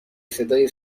صدای